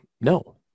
no